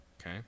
okay